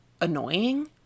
annoying